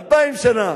אלפיים שנה,